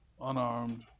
unarmed